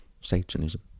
Satanism